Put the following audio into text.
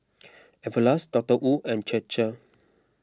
everlast Dotor Wu and Chir Chir